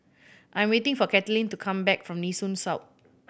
I'm waiting for Katlynn to come back from Nee Soon South